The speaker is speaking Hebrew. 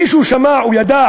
מישהו שמע או ידע